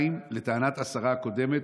2. לטענת השרה הקודמת,